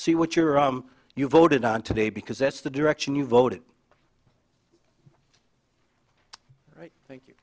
see what you're um you voted on today because that's the direction you voted right thank you